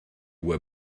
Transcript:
were